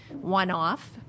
one-off